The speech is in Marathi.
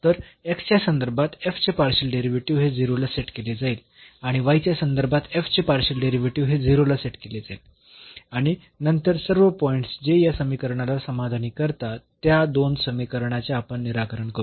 तर x च्या संदर्भात चे पार्शियल डेरिव्हेटिव्ह हे 0 ला सेट केले जाईल आणि y च्या संदर्भात चे पार्शियल डेरिव्हेटिव्ह हे 0 ला सेट केले जाईल आणि नंतर सर्व पॉईंट्स जे या समीकरणाला समाधानी करतात त्या दोन समीकरणाचे आपण निराकरण करू